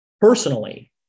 personally